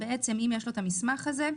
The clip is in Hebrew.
אם יש לו את המסמך הזה,